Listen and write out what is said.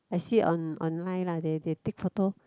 I see on online lah they they take photo